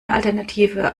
alternative